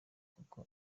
kuko